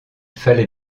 fallait